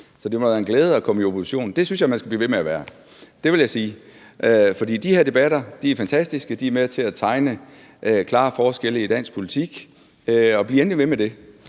Så det må være en glæde at komme i opposition. Og det synes jeg man skal blive ved med at være, vil jeg sige, for de her debatter er fantastiske; de er med til at tegne klare forskelle i dansk politik. Så bliv endelig ved med det,